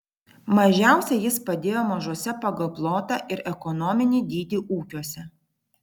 mažiausiai jis padidėjo mažuose pagal plotą ir ekonominį dydį ūkiuose